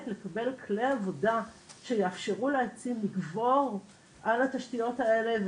נוכל לקבל את כלי העבודה שיאפשרו להציב לגבור על התשתיות האלה,